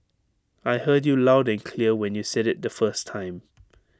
I heard you loud and clear when you said IT the first time